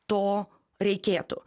to reikėtų